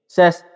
says